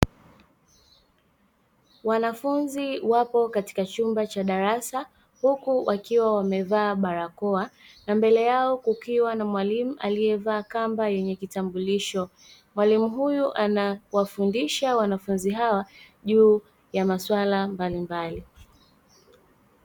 Wanafunzi wapo katika chumba cha darasa huku wakiwa wamevaa barakoa na mbele yao kukiwa na mwalimu aliyevaa kamba yenye kitambulisho. Mwalimu huyu anawafundisha wanafunzi hawa juu ya masuala mbalimbali.